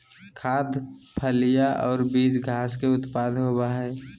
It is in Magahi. खाद्य, फलियां और बीज घास के उत्पाद होबो हइ